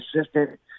assistant